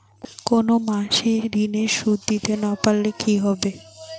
কোন মাস এ ঋণের সুধ দিতে না পারলে কি হবে?